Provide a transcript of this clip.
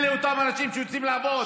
אלה אותם אנשים שיוצאים לעבוד.